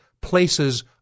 places